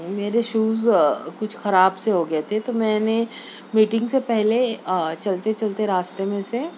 میرے شوز کچھ خراب سے ہوگئے تھے تو میں نے میٹنگ سے پہلے آ چلتے چلتے راستے میں سے